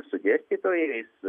su dėstytojais